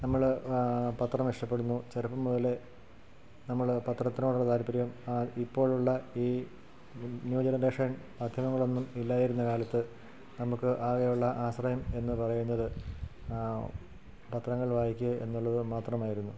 നമ്മൾ പത്രം ഇഷ്ടപ്പെടുന്നു ചെറുപ്പം മുതലേ നമ്മൾ പത്രത്തിനോടൊരു താത്പര്യം ആ ഇപ്പോഴുള്ള ഈ ന്യൂ ജനറേഷൻ മാധ്യമങ്ങളൊന്നും ഇല്ലായിരുന്ന കാലത്ത് നമുക്ക് ആകെയുള്ള ആശ്രയം എന്നു പറയുന്നത് പത്രങ്ങൾ വായിക്കുക എന്നുള്ളതു മാത്രമായിരുന്നു